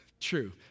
True